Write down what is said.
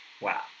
Wow